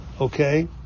okay